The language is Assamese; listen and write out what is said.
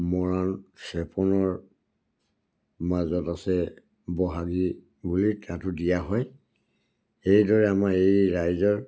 মৰাণ চেপনৰ মাজত আছে বহাগী বুলি তাতো দিয়া হয় এইদৰে আমাৰ এই ৰাইজৰ